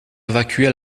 évacuer